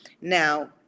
Now